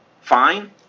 fine